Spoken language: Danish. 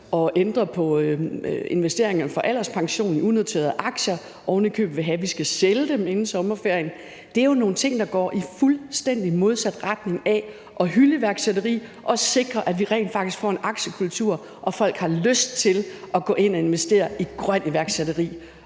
at ændre på investeringerne for alderspension i unoterede aktier og ovenikøbet vil have, at vi skal sælge dem inden sommerferien, så er det jo nogle ting, som går i den fuldstændige modsatte retning af at hylde iværksætteri og sikre, at vi rent faktisk får en aktiekultur, og at folk har lyst til at gå ind at investere i grønt iværksætteri.